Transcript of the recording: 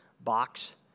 box